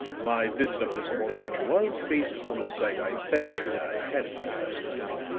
my visit of this morning was based upon the sight i fancied i had of you last night.